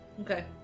Okay